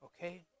okay